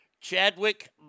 Chadwick